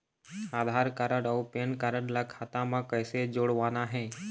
आधार card अऊ PAN card ला खाता म कइसे जोड़वाना हे?